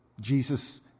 Jesus